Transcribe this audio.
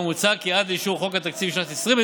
מוצע כי עד לאישור חוק התקציב לשנת 2020